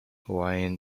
hawaiian